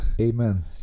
Amen